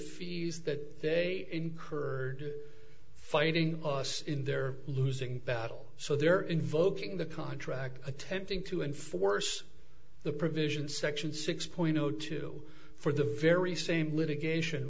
fees that they incurred fighting us in their losing battle so they're invoking the contract attempting to enforce the provisions section six point zero two for the very same litigation